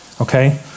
Okay